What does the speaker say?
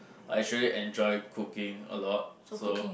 I actually enjoy cooking a lot so